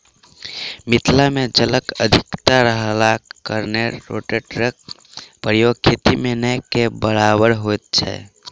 मिथिला मे जलक अधिकता रहलाक कारणेँ रोटेटरक प्रयोग खेती मे नै के बराबर होइत छै